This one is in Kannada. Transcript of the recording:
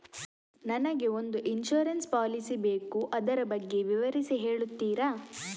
ನನಗೆ ಒಂದು ಇನ್ಸೂರೆನ್ಸ್ ಪಾಲಿಸಿ ಬೇಕು ಅದರ ಬಗ್ಗೆ ವಿವರಿಸಿ ಹೇಳುತ್ತೀರಾ?